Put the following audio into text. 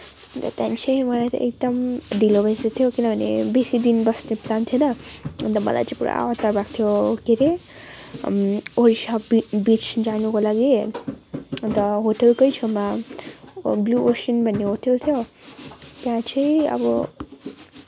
अन्त त्यहाँदेखि चाहिँ मलाई एकदम ढिलो भइसकेको थियो किनभने बेसी दिन बस्ने प्लान थिएन अन्त मलाई चाहिँ पुरा हतार भएको थियो के अरे ओडिसा बिच जानको लागि अन्त होटलकै छेउमा भ्यू ओसन भन्ने होटल थियो त्यहाँ चाहिँ अब